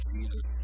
Jesus